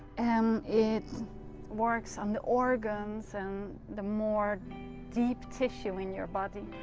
um it works on the organs and the more deep tissue in your body,